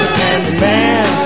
candyman